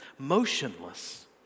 Motionless